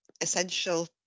essential